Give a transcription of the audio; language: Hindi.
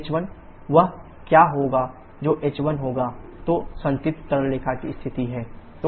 h1 वह क्या होगा जो h1 होगा जो संतृप्त तरल रेखा पर स्थित है